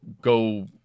go